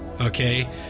Okay